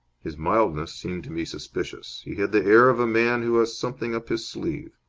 his mildness seemed to me suspicious. he had the air of a man who has something up his sleeve.